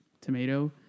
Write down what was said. tomato